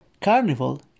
Carnival